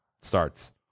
starts